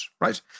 right